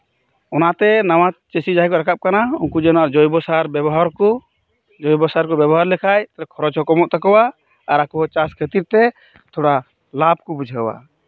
ᱚᱱᱟᱛᱮ ᱱᱟᱣᱟ ᱪᱟᱹᱥᱤ ᱡᱟᱦᱟᱸᱭ ᱠᱚ ᱨᱟᱠᱟᱵ ᱠᱟᱱᱟ ᱩᱱᱠᱩ ᱡᱮᱱᱚ ᱡᱚᱭᱵᱚ ᱥᱟᱨ ᱵᱮᱵᱚᱦᱟᱨ ᱟᱠᱚ ᱡᱳᱭᱵᱚᱥᱟᱨ ᱠᱚ ᱵᱮᱵᱚᱦᱟᱨ ᱞᱮᱠᱷᱟᱱ ᱠᱷᱚᱨᱚᱡ ᱦᱚᱸ ᱠᱚᱢᱚᱜ ᱛᱟᱠᱩᱣᱟ ᱟᱨ ᱟᱠᱚ ᱦᱚᱸ ᱪᱟᱥ ᱠᱷᱟᱹᱛᱤᱨ ᱛᱮ ᱛᱷᱚᱲᱟ ᱞᱟᱵᱷ ᱠᱚ ᱵᱩᱡᱷᱟᱹᱣᱼᱟ